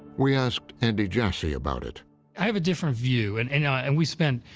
we asked andy jassy about it. i have a different view, and and you know and we've spent.